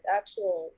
actual